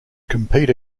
compete